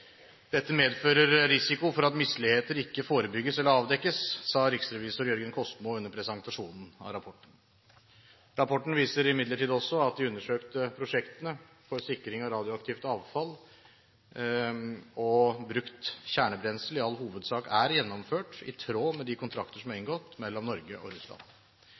medfører risiko for at misligheter ikke forebygges eller avdekkes», sa riksrevisor Jørgen Kosmo under presentasjonen av rapporten. Rapporten viser imidlertid også at de undersøkte prosjektene for sikring av radioaktivt avfall og brukt kjernebrensel i all hovedsak er gjennomført i tråd med de kontrakter som er inngått mellom Norge og Russland.